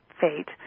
fate